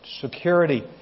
Security